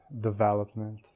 development